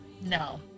No